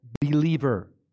believer